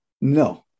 No